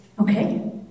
Okay